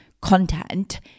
content